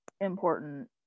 important